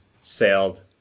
sailed